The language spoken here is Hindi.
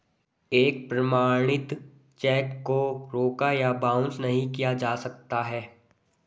एक प्रमाणित चेक को रोका या बाउंस नहीं किया जा सकता है